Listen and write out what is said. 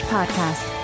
Podcast